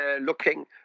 Looking